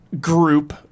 group